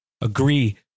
Agree